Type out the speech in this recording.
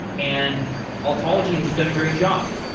and altalogy has done a great job.